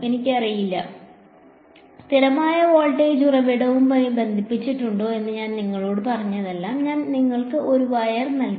എനിക്കറിയില്ല സ്ഥിരമായ വോൾട്ടേജ് ഉറവിടവുമായി ബന്ധിപ്പിച്ചിട്ടുണ്ടോ എന്ന് ഞാൻ നിങ്ങളോട് പറഞ്ഞതെല്ലാം ഞാൻ നിങ്ങൾക്ക് ഒരു വയർ നൽകി